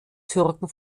türken